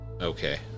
Okay